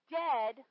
dead